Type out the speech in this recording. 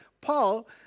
Paul